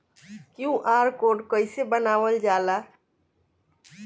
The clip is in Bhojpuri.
क्यू.आर कोड कइसे बनवाल जाला?